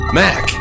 mac